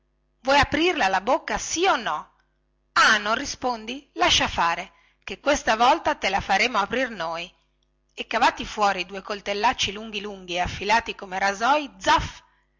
vuoi aprirla la bocca sì o no ah non rispondi lascia fare ché questa volta te la faremo aprir noi e cavato fuori due coltellacci lunghi lunghi e affilati come rasoi zaff